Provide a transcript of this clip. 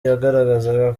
yagaragazaga